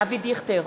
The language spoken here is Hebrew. אבי דיכטר,